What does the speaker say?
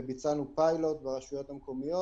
ביצענו פיילוט ברשויות המקומיות.